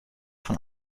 von